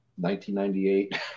1998